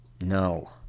No